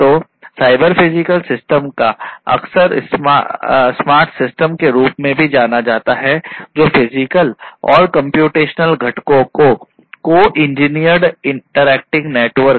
तो cyber physical system को अक्सर स्मार्ट सिस्टम का नेटवर्क